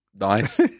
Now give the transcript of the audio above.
nice